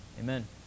amen